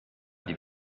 die